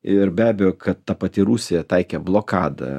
ir be abejo kad ta pati rusija taikė blokadą